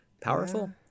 powerful